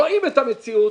רואים את המציאות,